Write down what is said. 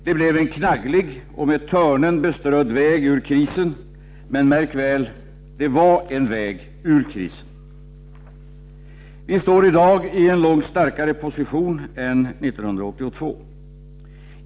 Det blev en knagglig och med törnen beströdd väg ur krisen — men, märk väl, det var en väg ur krisen. Vi står i dag i en långt starkare position än 1982.